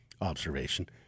observation